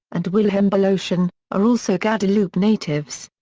and wilhem belocian, are also guadeloupe natives.